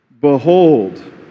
Behold